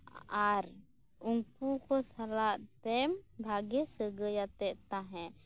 ᱟᱨ ᱩᱱᱠᱩ ᱥᱟᱞᱟᱜ ᱛᱮᱢ ᱵᱷᱟᱜᱮ ᱥᱟᱹᱜᱟᱹᱭ ᱟᱛᱮ ᱛᱟᱦᱮᱸ